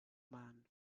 man